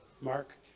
Mark